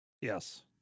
Yes